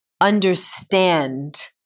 understand